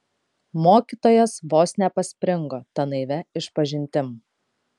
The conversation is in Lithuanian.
mokytojas vos nepaspringo ta naivia išpažintim